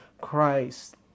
Christ